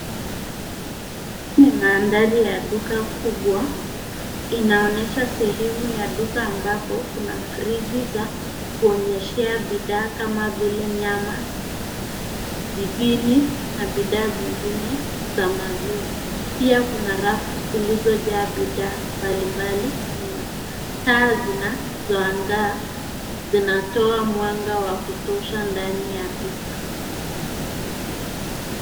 Hii ni mandhari ya duka kubwa, inaonyesha sehemu ya duka ambapo kuna friji za kuonyeshea bidhaa kama vile nyama, jibini na bidhaa zingine za maziwa. Pia kuna rafu zilizojaa bidhaa mbalimbali nyuma. Taa zinazoangaza zinatoa mwanga wa kutosha ndani ya duka.